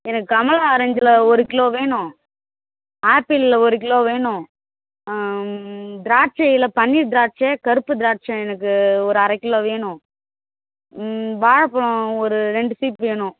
எனக்கு கமலா ஆரஞ்சுயில் ஒரு கிலோ வேணும் ஆப்பில்ல ஒரு கிலோ வேணும் திராட்சையில் பன்னீர் திராட்சை கருப்பு திராட்சை எனக்கு ஒரு அரை கிலோ வேணும் வாழப்பழம் ஒரு ரெண்டு சீப் வேணும்